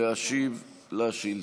להשיב על השאילתה.